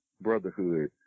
brotherhood